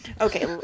okay